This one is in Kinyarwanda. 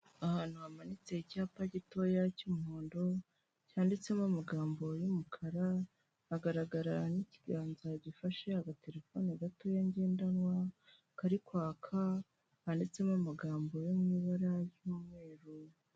Ahantu hamanitse icyapa gitoya cy'umuhondo cyanditsemo amagambo y'umukara hagaragara n'ikiganza gifashe agaterefone gatoya ngendanwa kari kwaka handitsemo amagambo yo mu'ibara ry'umweru.